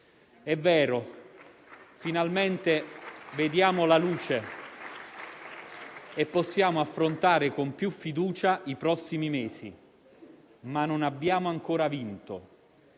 È vero: finalmente vediamo la luce e possiamo affrontare con più fiducia i prossimi mesi, ma non abbiamo ancora vinto.